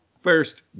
First